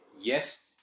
Yes